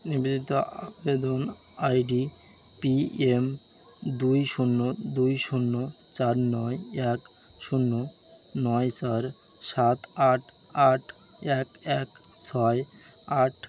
নিবেদিত আবেদন I D P M দুই শূন্য দুই শূন্য চার নয় এক শূন্য নয় চার সাত আট আট এক এক ছয় আট